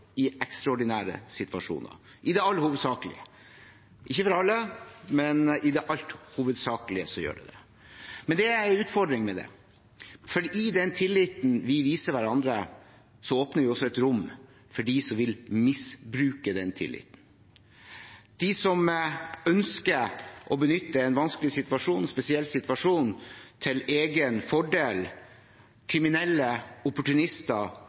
i ekstraordinære situasjoner, i det alt hovedsakelige – ikke for alle, men i det alt hovedsakelige gjør det det. Men det er en utfordring med det, for i den tilliten vi viser hverandre, åpner vi også et rom for dem som vil misbruke den tilliten. De som ønsker å benytte en vanskelig og spesiell situasjon til egen fordel, kriminelle opportunister